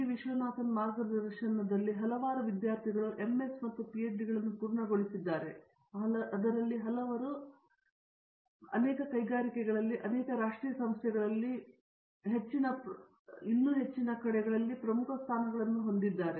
ವಿಶ್ವನಾಥನ್ ಮಾರ್ಗದರ್ಶನದಲ್ಲಿ ಹಲವಾರು ವಿದ್ಯಾರ್ಥಿಗಳು ಎಂಎಸ್ ಮತ್ತು ಪಿಹೆಚ್ಡಿಗಳನ್ನು ಪೂರ್ಣಗೊಳಿಸಿದ್ದಾರೆ ಮತ್ತು ಅವರು ಅನೇಕ ಕೈಗಾರಿಕೆಗಳಲ್ಲಿ ಅನೇಕ ರಾಷ್ಟ್ರೀಯ ಸಂಸ್ಥೆಗಳಲ್ಲಿ ಮತ್ತು ಇನ್ನೂ ಹೆಚ್ಚಿನ ಪ್ರಮುಖ ಸ್ಥಾನಗಳನ್ನು ಹೊಂದಿದ್ದಾರೆ